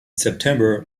september